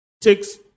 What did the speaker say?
takes